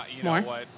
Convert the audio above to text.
more